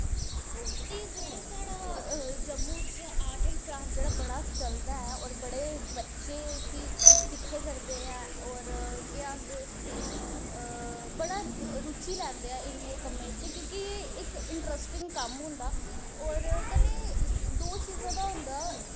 ते जेह्ड़ा साढ़ा जम्मू च आर्ट ऐंड़ क्राफ्ट ऐ जेह्ड़ा बड़ा चलदा ऐ होर बड़े बच्चे उस्सी सिक्खे करदे न होर केह् आखदे उस्सी बड़ा रुची लैंदे न इ'नें कम्में च क्योंकि इक इंट्रॅस्टिंग कम्म होंदा होर कन्नै दो चीजें दा होंदा